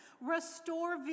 restore